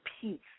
peace